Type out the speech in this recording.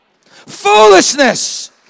Foolishness